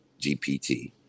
GPT